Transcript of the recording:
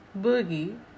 Boogie